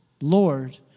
Lord